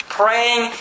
praying